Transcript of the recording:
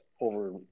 over